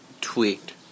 tweaked